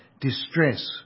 distress